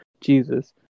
Jesus